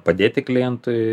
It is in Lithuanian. padėti klientui